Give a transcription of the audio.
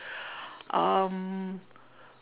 um